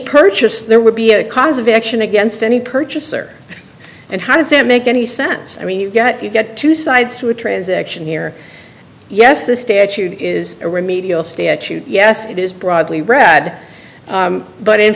purchase there would be a cause of action against any purchaser and how does it make any sense i mean you've got you get two sides to a transaction here yes the statute is a remedial statute yes it is broadly read but in